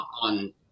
on